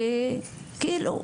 שכאילו,